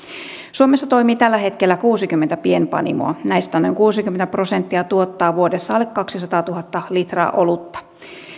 suomessa toimii tällä hetkellä kuusikymmentä pienpanimoa näistä noin kuusikymmentä prosenttia tuottaa vuodessa alle kaksisataatuhatta litraa olutta